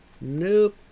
Nope